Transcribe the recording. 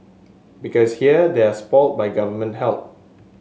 because here they are spot by government help